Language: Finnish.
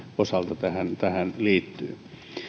osalta tähän tähän liittyy